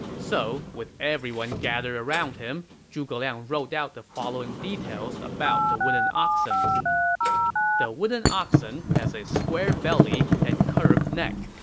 so, with everyone gathered around him, zhuge liang wrote out the following details about the wooden oxens the wooden oxen has a square belly and curved neck,